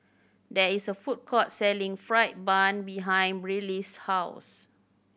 there is a food court selling fried bun behind Brylee's house